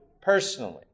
personally